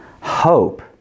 hope